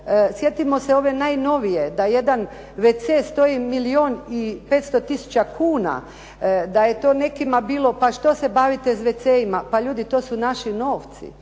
sjetimo se ove najnovije da jedan wc stoji milijon i 500 tisuća kuna, da je to nekima bilo pa što se bavite s wc-ima. Pa ljudi to su naši novci.